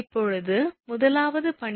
இப்போது முதலாவது பனியின் எடை 𝐾𝑔𝑚